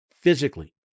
physically